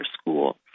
school